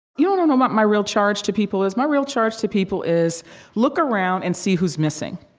you know know what my real charge to people is? my real charge to people is look around and see who's missing.